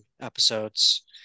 episodes